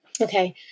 Okay